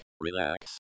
relax